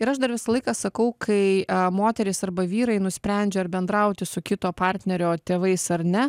ir aš dar visą laiką sakau kai moterys arba vyrai nusprendžia ar bendrauti su kito partnerio tėvais ar ne